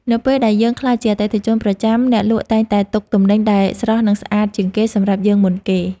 នៅពេលដែលយើងក្លាយជាអតិថិជនប្រចាំអ្នកលក់តែងតែទុកទំនិញដែលស្រស់និងស្អាតជាងគេសម្រាប់យើងមុនគេ។